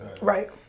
Right